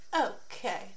Okay